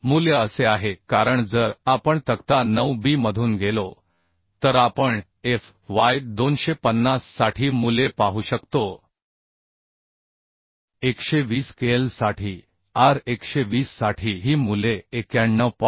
मूल्य असे आहे कारण जर आपण तक्ता 9B मधून गेलो तर आपण F y 250 साठी मूल्ये पाहू शकतो 120 KL साठी R 120 साठी ही मूल्ये 91